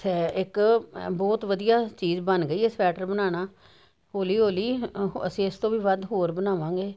ਇੱਕ ਬਹੁਤ ਵਧੀਆ ਚੀਜ਼ ਬਣ ਗਈ ਐ ਸਵੈਟਰ ਬਣਾਨਾ ਹੌਲੀ ਹੌਲੀ ਅਸੀਂ ਇਸ ਤੋਂ ਵੀ ਵੱਧ ਹੋਰ ਬਣਾਵਾਂਗੇ